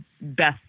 best